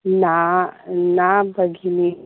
न न भगिनी